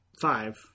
five